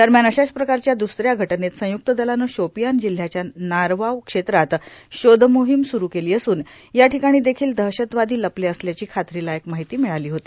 दरम्यान अशाच प्रकारच्या दुसऱ्या घटनेत संयुक्त दलानं शोपियान जिल्ह्याच्या नारवाव क्षेत्रात शोधमोहिम सुरू केली असून या ठिकाणी देखील दहशतवादी लपले असल्याची खात्रीलायक माहिती मिळाली होती